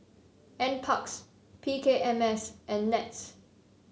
NParks P K M S and NETS